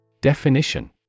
Definition